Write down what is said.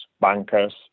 bankers